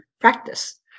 practice